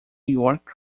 york